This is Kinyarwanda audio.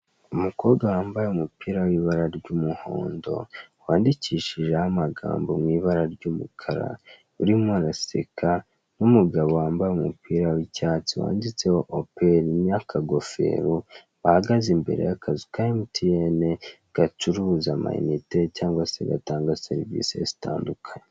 umukobwa wambaye umupira wibara ry'umuhondo wandikishijeho amagambo mw'ibara ry'umukara urimo araseka n'umugabo wambaye umupira w'icyatsi wanditseho opel n'akagofero bahagaze imbere yakazu ka mtn gacuruzama inite cyangwa se gatanga serivisi zitandukanye